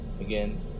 again